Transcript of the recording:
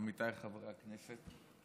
עמיתיי חברי הכנסת,